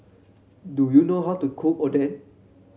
do you know how to cook Oden